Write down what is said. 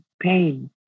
pain